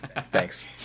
Thanks